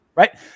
Right